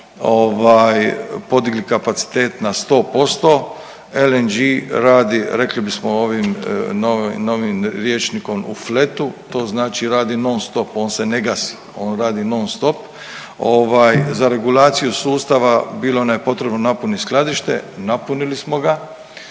podigli kapacitet na 100%. LNG radi rekli bismo ovim novim rječnikom u fletu, to znači radi non stop, on se ne gasi, on radi non stop. Za regulaciju sustava bilo nam je potrebno napuniti skladište, napunili smo ga